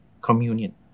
communion